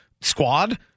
squad